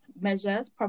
measures